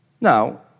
Now